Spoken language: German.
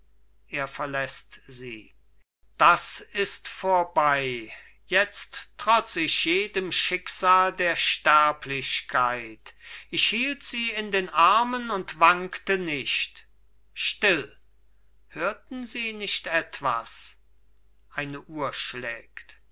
er verläßt sie das ist vorbei jetzt trotz ich jedem schicksal der sterblichkeit ich hielt sie in den armen und wankte nicht still hörten sie nicht etwas eine